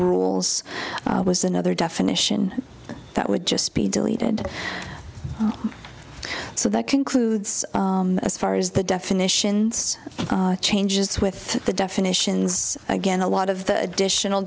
rules was another definition that would just be deleted so that concludes as far as the definitions changes with the definitions again a lot of the additional